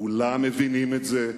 כולם מבינים את זה.